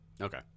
Okay